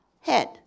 head